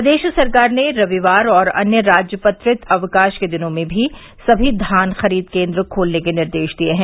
प्रदेश सरकार ने रविवार और अन्य राजपत्रित अवकाश के दिनों में भी समी धान खरीद केन्द्र खोलने के निर्देश दिये हैं